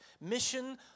Mission